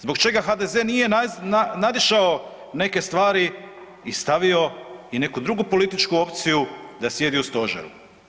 Zbog čega HDZ nije nadišao neke stvari i stavio i neku drugu političku opciju da sjedi u stožeru?